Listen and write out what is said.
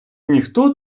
ніхто